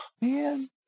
man